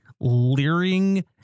leering